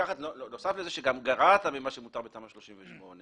נוסף לזה שגרעת ממה שמותר בתמ"א 38,